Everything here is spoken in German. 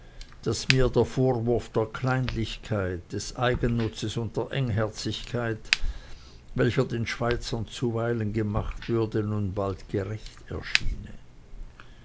daß mir der vorwurf der kleinlichkeit des eigennutzes und der engherzigkeit welcher den schweizern zuweilen gemacht würde nun bald gerecht erschiene